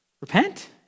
Repent